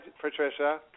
Patricia